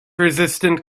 resistant